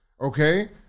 okay